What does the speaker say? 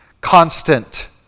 constant